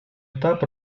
этап